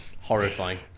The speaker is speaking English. Horrifying